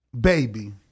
Baby